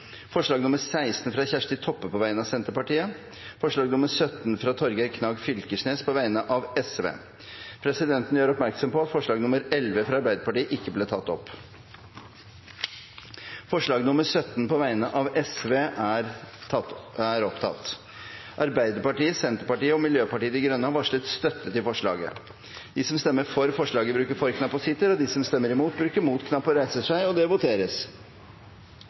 forslag nr. 16, fra Kjersti Toppe på vegne av Senterpartiet forslag nr. 17, fra Torgeir Knag Fylkesnes på vegne av Sosialistisk Venstreparti Presidenten gjør oppmerksom på at forslag nr. 11, fra Arbeiderpartiet, ikke ble tatt opp. Det voteres over forslag nr. 17, fra Sosialistisk Venstreparti. Forslaget lyder: «Stortinget ber regjeringen i løpet av 2016 legge frem en plan for hvordan realisere Stortingets vedtak om kvalitet, bemanningsnorm og pedagognorm i barnehagene.» Arbeiderpartiet, Senterpartiet og Miljøpartiet De Grønne har varslet støtte til forslaget. Det voteres